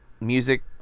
music